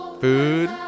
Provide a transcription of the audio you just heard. Food